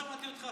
לא שמעתי אותך,